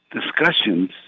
discussions